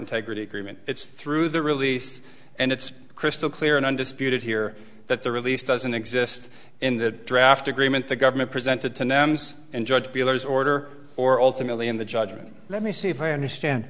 integrity agreement it's through the release and it's crystal clear and undisputed here that the release doesn't exist in that draft agreement the government presented to nam's and judge bueller's order or ultimately in the judgment let me see if i understand